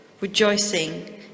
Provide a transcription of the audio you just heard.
rejoicing